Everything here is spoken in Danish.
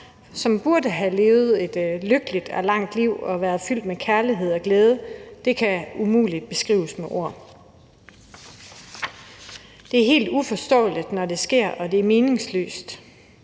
som burde have levet et lykkeligt og langt liv fyldt med kærlighed og glæde, kan umuligt beskrives med ord. Det er helt uforståeligt, når det sker, og det er meningsløst.